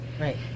Right